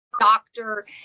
doctor